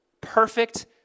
Perfect